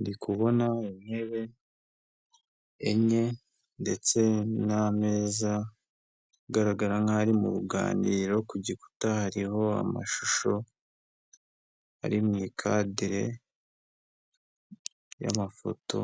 Ndikubona intebe enye ndetse n'ameza agaragara nkaho ari mu ruganiro, ku gikuta hariho amashusho ari mu ikadire y'amafoto